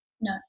No